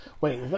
Wait